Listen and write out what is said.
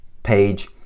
page